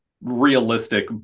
realistic